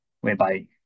whereby